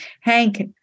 Hank